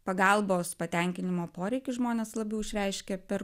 pagalbos patenkinimo poreikį žmonės labiau išreiškia per